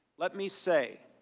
let me say